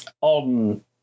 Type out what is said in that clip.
on